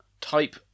type